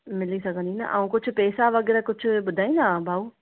मिली सघंदी न आऊं कुझु पैसा वग़ैरह कुझु ॿुधाईंदा भाऊ